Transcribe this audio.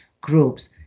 groups